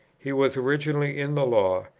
he was originally in the law,